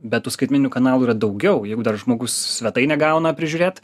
bet tų skaitmeninių kanalų yra daugiau jeigu dar žmogus svetainę gauna prižiūrėt